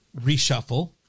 reshuffle